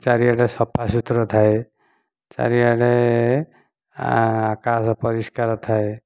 ଚାରିଆଡ଼େ ସଫା ସୁତରା ଥାଏ ଚାରିଆଡେ ଆକାଶ ପରିଷ୍କାର ଥାଏ